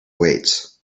weights